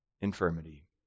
infirmity